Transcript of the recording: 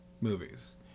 movies